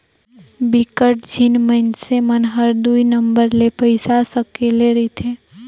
बिकट झिन मइनसे मन हर दुई नंबर ले पइसा सकेले रिथे